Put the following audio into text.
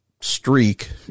streak